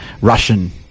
russian